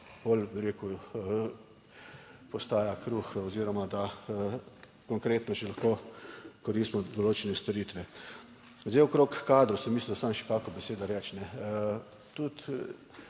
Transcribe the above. bolj, bi rekel, postaja kruh oziroma da konkretno že lahko koristimo določene storitve. Zdaj, okrog kadrov sem mislil samo še kakšno besedo reči. Tudi